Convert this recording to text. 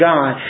God